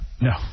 No